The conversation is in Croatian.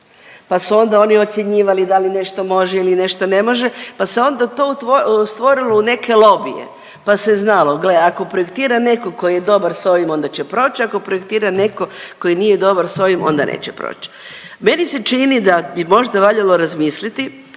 pa su onda ocjenjivali da li nešto može ili nešto ne može pa se onda to stvorilo u neke lobije, pa se znalo gle ako projektira neko ko je dobar s ovim onda će proć, ako projektira neko koji nije dobar s ovim onda neće proć. Meni se čini da bi možda valjalo razmisliti,